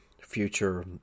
future